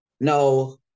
no